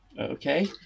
okay